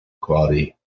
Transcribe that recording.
quality